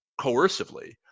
coercively